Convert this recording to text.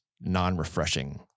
non-refreshing